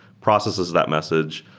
processes that message,